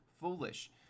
foolish